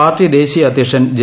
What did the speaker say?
party ദേശീയ അധ്യക്ഷൻ J